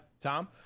Tom